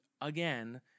again